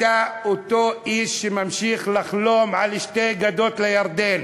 אתה אותו איש שממשיך לחלום על שתי גדות לירדן.